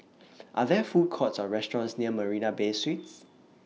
Are There Food Courts Or restaurants near Marina Bay Suites